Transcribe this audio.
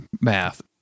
math